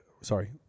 sorry